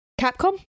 Capcom